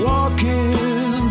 Walking